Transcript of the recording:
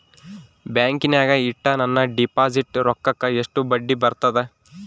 ಬ್ಯಾಂಕಿನಾಗ ಇಟ್ಟ ನನ್ನ ಡಿಪಾಸಿಟ್ ರೊಕ್ಕಕ್ಕ ಎಷ್ಟು ಬಡ್ಡಿ ಬರ್ತದ?